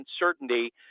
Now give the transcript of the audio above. uncertainty